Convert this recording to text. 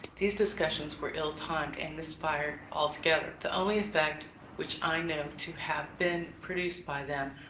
these discussions were ill-timed, and missed fire altogether. the only effect which i know to have been produced by them,